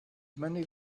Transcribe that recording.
many